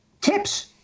tips